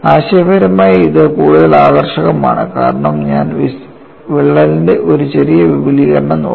ആശയപരമായി ഇത് കൂടുതൽ ആകർഷകമാണ് കാരണം ഞാൻ വിള്ളലിന്റെ ഒരു ചെറിയ വിപുലീകരണം നോക്കുന്നു